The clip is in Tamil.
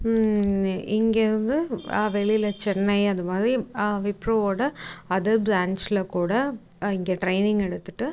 இங்கேர்ருந்து வெளியில சென்னை அது மாரி விப்ரோவோட அதர் பிரான்சில் கூட இங்கே ட்ரைனிங் எடுத்துகிட்டு